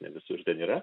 ne visur ten yra